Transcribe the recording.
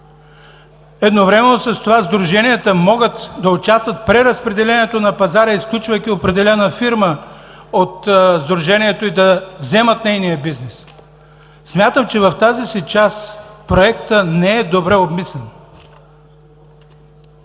Едновременно с това сдруженията могат да участват в преразпределението на пазара. Изключвайки определена фирма от сдружението, могат да вземат нейния бизнес. Смятам, че в тази си част проектът не е добре обмислен.